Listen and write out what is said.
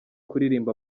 kuririmba